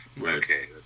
Okay